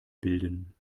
bilden